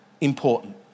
important